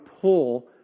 pull